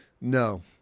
no